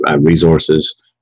resources